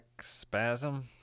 spasm